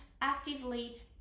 actively